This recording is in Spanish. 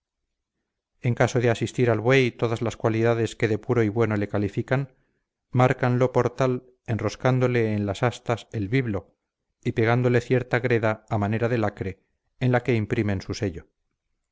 en caso de asistir al buey todas las cualidades que de puro y bueno le califican márcanlo por tal enroscándole en las astas el biblo y pegándole cierta greda a manera de lacre en la que imprimen en su sello